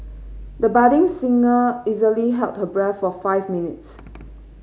the budding singer easily held her breath for five minutes